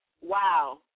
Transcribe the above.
Wow